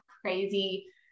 crazy